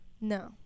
No